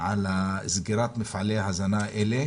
על סגירת מפעלי ההזנה האלה,